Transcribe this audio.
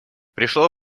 пришло